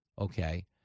okay